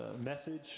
message